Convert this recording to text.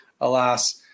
alas